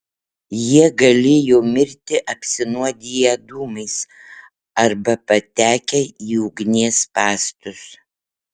jie galėjo mirti apsinuodiję dūmais arba patekę į ugnies spąstus